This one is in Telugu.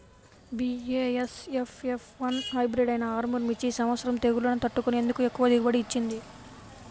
బీ.ఏ.ఎస్.ఎఫ్ ఎఫ్ వన్ హైబ్రిడ్ అయినా ఆర్ముర్ మిర్చి ఈ సంవత్సరం తెగుళ్లును తట్టుకొని ఎందుకు ఎక్కువ దిగుబడి ఇచ్చింది?